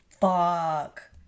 fuck